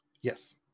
Yes